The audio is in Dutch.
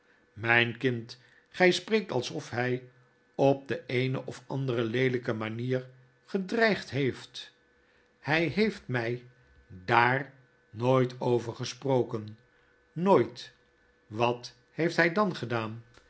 mijn kind gij spreekt alsof hy u op de eene of andere leeipe manier gedreigd heeft hy heeft mij daar nooit over gesproken nooit wat heeft hy dan gedaan